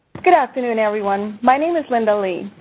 good afternoon everyone. my name is lynda lee.